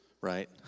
right